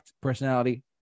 Personality